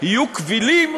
יהיו קבילים